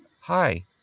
hi